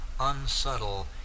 unsubtle